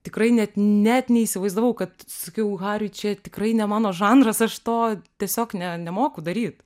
tikrai net net neįsivaizdavau kad sakiau hariui čia tikrai ne mano žanras aš to tiesiog ne nemoku daryt